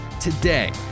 Today